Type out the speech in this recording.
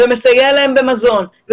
מסייע להן במזון,